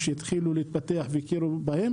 שהתחילו להתפתח ושהכירו בהם